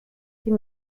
die